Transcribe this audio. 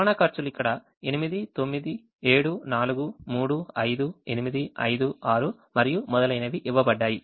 రవాణా ఖర్చులు ఇక్కడ 8 9 7 4 3 5 8 5 6మరియు మొదలైనవి ఇవ్వబడ్డాయి